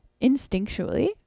instinctually